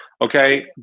okay